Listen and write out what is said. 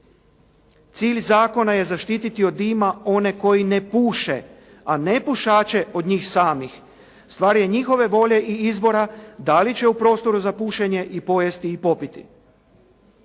Cilj zakona je zaštiti od dima one koji ne puše, a nepušače od njih samih. Stvar je njihove volje i izbora dali će u prostoru za pušenje i pojesti i popiti.